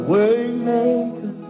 Waymaker